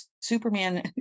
superman